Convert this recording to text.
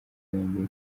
yombi